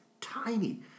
tiny